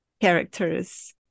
characters